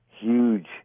huge